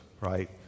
right